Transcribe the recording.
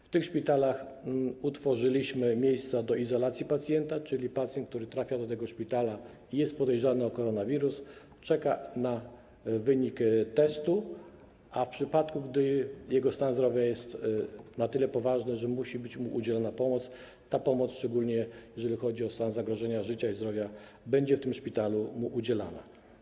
W tych szpitalach utworzyliśmy miejsca do izolacji pacjenta, czyli pacjent, który trafia do tego szpitala i jest podejrzany o zarażenie koronawirusem, czeka na wynik testu, a w przypadku, gdy jego stan zdrowia jest na tyle poważny, że musi być udzielona mu pomoc, ta pomoc, szczególnie jeżeli chodzi o stan zagrożenia życia i zdrowia, będzie w tym szpitalu udzielana.